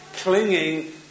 clinging